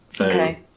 Okay